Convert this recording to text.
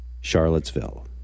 Charlottesville